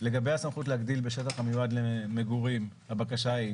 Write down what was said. לגבי הסמכות להגדיל בשטח המיועד למגורים הבקשה היא